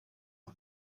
món